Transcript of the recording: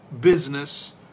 business